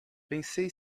pensei